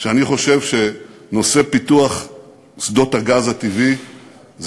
שאני חושב שנושא פיתוח שדות הגז הטבעי זה